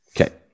Okay